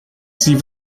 sie